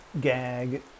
gag